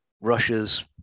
Russia's